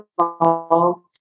involved